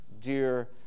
dear